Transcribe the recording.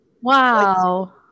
wow